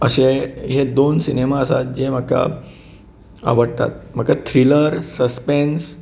अशें हे दोन सिनेमा आसात जे म्हाका आवडटात म्हाका थ्रिलर सस्पेन्स